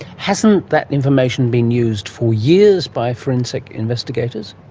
hasn't that information been used for years by forensic investigators?